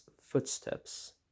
footsteps